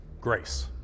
grace